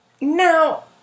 Now